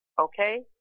okay